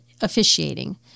officiating